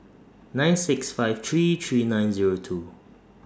nine six five three three nine Zero two